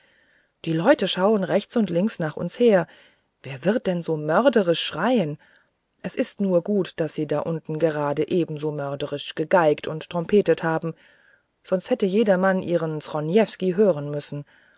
die leute schauen rechts und links nach uns her wer wird denn so mörderisch schreien es ist nur gut daß sie da unten gerade ebenso mörderisch gegeigt und trompetet haben sonst hätte jedermann ihren zronievsky hören müssen